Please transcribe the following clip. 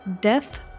Death